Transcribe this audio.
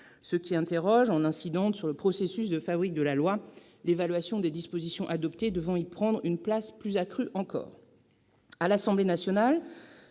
Cela nous interroge d'ailleurs sur le processus de fabrique de la loi, l'évaluation des dispositions adoptées devant y prendre une place encore